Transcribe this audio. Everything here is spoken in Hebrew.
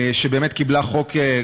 שבאמת קיבלה חוק,